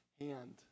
hand